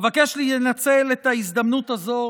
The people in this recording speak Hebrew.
אבקש לנצל את ההזדמנות הזאת